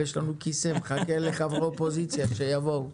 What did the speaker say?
יש לנו כיסא שמחכה באופוזיציה שיבואו....